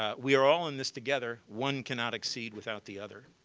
ah we are all in this together, one cannot succeed without the other.